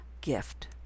gift